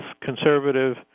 conservative